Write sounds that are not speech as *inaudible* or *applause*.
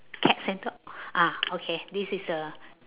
cats and dogs *breath* ah okay this is the